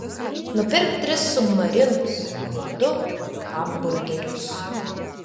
nupirk tris submarinus ir du hamburgerius